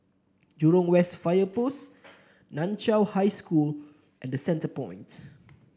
Jurong West Fire Post Nan Chiau High School and Centrepoint